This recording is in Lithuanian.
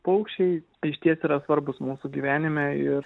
paukščiai tai išties yra svarbūs mūsų gyvenime ir